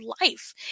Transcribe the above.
life